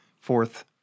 fourth